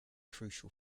crucial